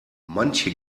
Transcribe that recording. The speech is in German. manche